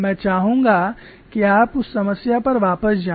मैं चाहूंगा कि आप उस समस्या पर वापस जाएं